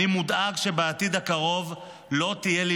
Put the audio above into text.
אני מודאג שבעתיד הקרוב לא תהייה לי